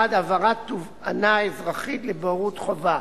1. העברת תובענה אזרחית לבוררות חובה,